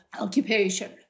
occupation